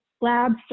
labs